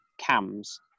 cams